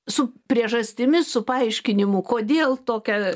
su priežastimis su paaiškinimu kodėl tokia